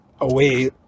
away